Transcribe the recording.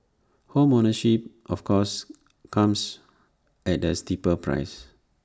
home ownership of course comes at A steeper price